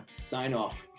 sign-off